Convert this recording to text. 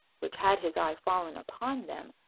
which, had his eye fallen upon them,